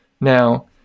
now